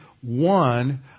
one